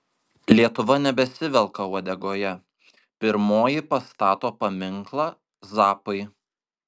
lietuva nebesivelka uodegoje pirmoji pastato paminklą zappai